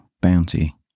bounty